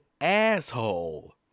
asshole